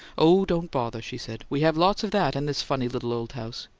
oh, don't bother, she said. we have lots of that in this funny little old house!